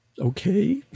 okay